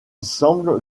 semble